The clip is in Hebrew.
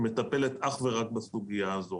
ומטפלת אך ורק בסוגיה הזו,